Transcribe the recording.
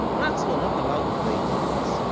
blacks were not allowed to play drums,